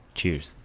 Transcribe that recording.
Cheers